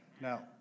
Now